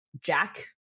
Jack